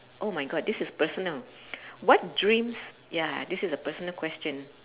oh my god this is personal what dreams ya this is a personal question